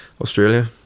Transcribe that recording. Australia